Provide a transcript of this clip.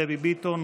דבי ביטון,